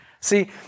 See